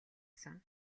сан